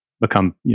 become